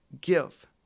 give